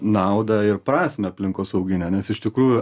naudą ir prasme aplinkosauginę nes iš tikrųjų